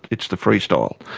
it's the freestyle.